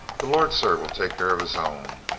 the lord, sir, will take care of his own.